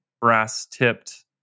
brass-tipped